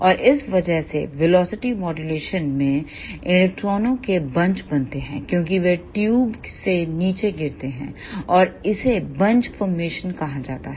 और इस वजह से वेलोसिटी मॉड्यूलेशन मैं इलेक्ट्रॉनों के बंच बनते हैं क्योंकि वे ट्यूब से नीचे गिरते हैं और इसे बंच फॉरमेशन कहा जाता है